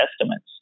estimates